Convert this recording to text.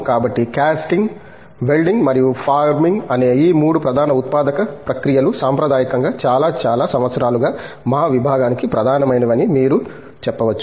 కాబట్టి casting welding మరియు forming అనే 3 ప్రధాన ఉత్పాదక ప్రక్రియలు సాంప్రదాయకంగా చాలా చాలా సంవత్సరాలుగా మా విభాగానికి ప్రధానమైనవి అని మీరు చెప్పవచ్చు